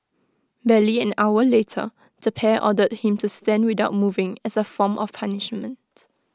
barely an hour later the pair ordered him to stand without moving as A form of punishment